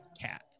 Cat